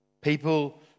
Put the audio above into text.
People